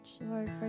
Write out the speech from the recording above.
Lord